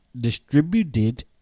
distributed